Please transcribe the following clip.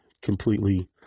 completely